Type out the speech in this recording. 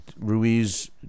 Ruiz